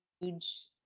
huge